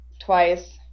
twice